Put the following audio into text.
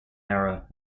era